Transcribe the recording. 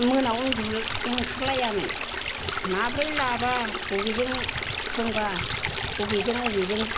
मोनाव उन्दुनो ओंखारलायामोन माबोरै लाबा अबेजों सोंबा बबेजों बबेजों